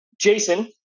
Jason